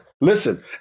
Listen